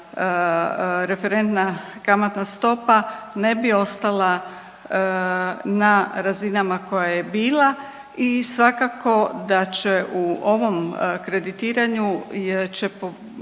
referentna kamatna stopa ne bi ostala na razinama koja je bila i svakako da će u ovom kreditiranju